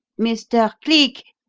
mr. cleek!